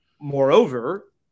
Moreover